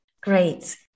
Great